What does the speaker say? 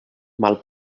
mal